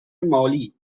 مالی